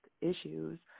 issues